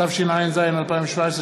התשע"ז 2017,